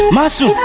Masu